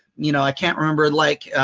you know, i can't remember, like,